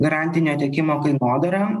garantinio tiekimo kainodara